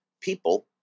people